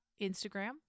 Instagram